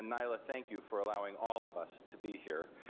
nyla, thank you for allowing all of us to be here,